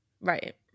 Right